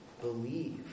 believe